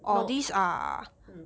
no mm